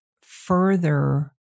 further